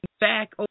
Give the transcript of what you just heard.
back